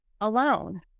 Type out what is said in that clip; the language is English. alone